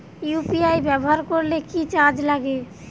UPI ব্যবহার করলে কি চার্জ লাগে?